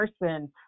person